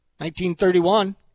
1931